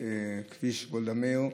בכביש גולדה מאיר,